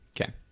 Okay